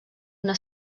una